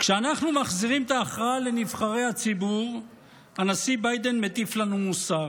כשאנחנו מחזירים את ההכרעה לנבחרי הציבור הנשיא ביידן מטיף לנו מוסר,